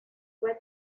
web